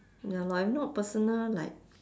ya lor if not personal like